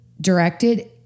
directed